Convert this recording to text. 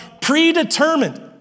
predetermined